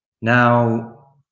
now